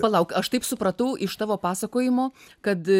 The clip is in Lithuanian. palauk aš taip supratau iš tavo pasakojimo kad